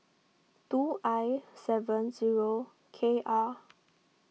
two I seven zero K R